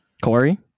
Corey